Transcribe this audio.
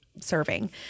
serving